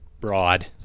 Broad